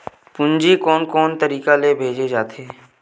पूंजी कोन कोन तरीका ले भेजे जाथे?